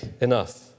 enough